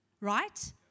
right